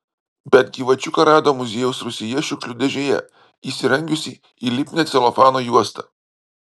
bet gyvačiuką rado muziejaus rūsyje šiukšlių dėžėje įsirangiusį į lipnią celofano juostą